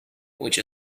which